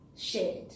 Shared